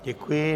Děkuji.